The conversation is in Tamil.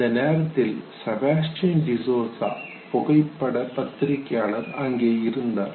அந்த நேரத்தில் செபாஸ்டியன் டிசோசா Sebastian D'Souza புகைப்பட பத்திரிகையாளர் அங்கே இருந்தார்